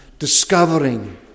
discovering